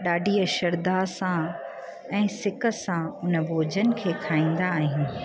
ॾाढीअ श्रद्धा सां ऐं सिक सां उन भोॼन खे खाईंदा आहियूं